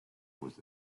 was